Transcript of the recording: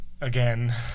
again